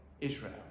Israel